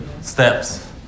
steps